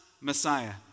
Messiah